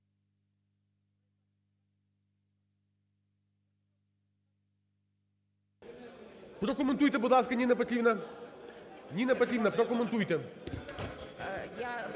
Прокоментуйте, будь ласка, Ніна Петрівна. Ніна Петрівна, прокоментуйте.